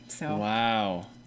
Wow